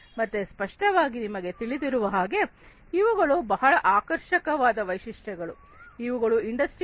ಮತ್ತೆ ಸ್ಪಷ್ಟವಾಗಿ ನಿಮಗೆ ತಿಳಿದಿರುವ ಹಾಗೆ ಇವುಗಳು ಬಹಳ ಆಕರ್ಷಕವಾದ ವೈಶಿಷ್ಟ್ಯಗಳು ಇವುಗಳು ಇಂಡಸ್ಟ್ರಿ4